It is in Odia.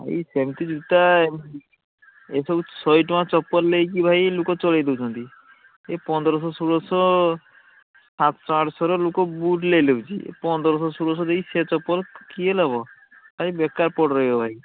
ଭାଇ ସେମତି ଜୁତା ଏସବୁ ଶହେଟଙ୍କା ଚପଲ ଲେଇକି ଭାଇ ଲୁକ ଚଳେଇ ଦଉଛନ୍ତି ଏ ପନ୍ଦରଶହ ଷୋହଳଶହ ସାତଶହ ଆଠଶହର ଲୁକ ବୁଟ ଲେଇ ଲଉଛି ପନ୍ଦରଶହ ଷୋହଳଶହ ଦେଇକି ସେ ଚପଲ କିଏ ଲବ ଖାଲି ବେକାର ପଡ଼ି ରହିବ ଭାଇ